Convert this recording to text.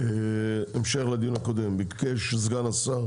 בהמשך לדיון הקודם ביקש סגן השר